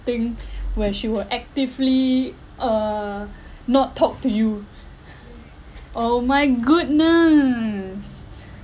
thing where she will actively uh not talk to you oh my goodness